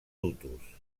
hutus